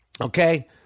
Okay